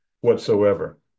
whatsoever